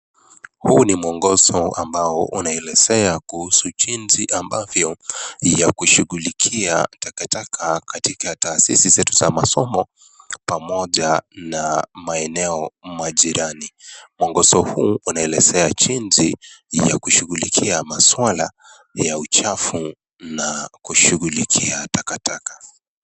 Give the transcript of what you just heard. Huu ni mwongozo ambao unaelezea kuhusu jinsi ambavyo ya kushughulikia takataka katika taasisi zetu za masomo pamoja na maeneo majirani. Mwongozo huu unaelezea jinsi ya kushughulikia maswala ya uchafu na kushughulikia takataka.